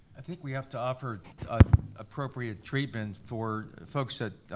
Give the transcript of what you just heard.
i think we have to offer appropriate treatment for folks that